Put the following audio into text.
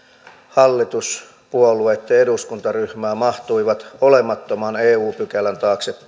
hallituspuoluetta ja eduskuntaryhmää mahtuivat olemattoman eu pykälän taakse